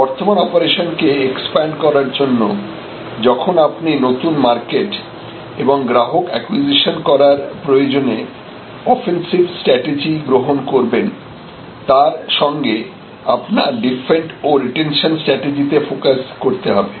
বর্তমান অপারেশনকে এক্সপান্ড করবার জন্য যখন আপনি নতুন মার্কেট এবং গ্রাহক অ্যাকুইজিশন করার প্রয়োজনে অফেন্সিভ স্ট্র্যাটেজি গ্রহণ করবেন তার সঙ্গে আপনার ডিফেন্ড ও রিটেনশন স্ট্রাটেজিতে ফোকাস করতে হবে